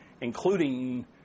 including